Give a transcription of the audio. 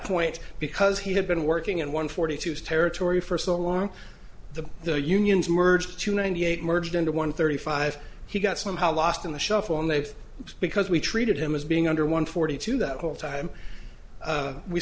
point because he had been working in one forty two territory for so long the the unions merged to ninety eight merged into one thirty five he got somehow lost in the shuffle and they've because we treated him as being under one forty two that whole time